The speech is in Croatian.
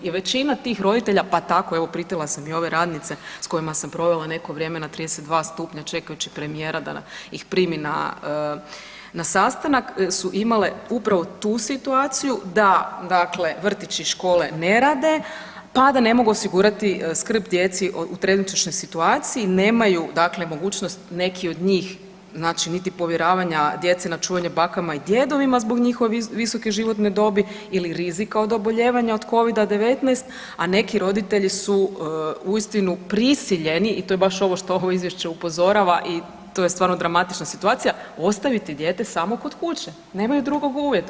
I većina tih roditelja pa tako i pitala sam i ove radnice s kojima sam provela neko vrijeme na 32 stupnja čekajući premijera da ih primi na sastanak su imale upravo tu situaciju da vrtići i škole ne rade, pa da ne mogu osigurati skrb djeci u trenutačnoj situaciji, nemaju mogućnost neki od njih niti povjeravanja djece na čuvanje bakama i djedovima zbog njihove visoke životne dobi ili rizika od oboljenja od covida-19, a neki roditelji su uistinu prisiljeni, i to je baš ovo što ovo izvješće upozorava i to je stvarno dramatična situacija, ostaviti dijete samo kod kuće nemaju drugog uvjeta.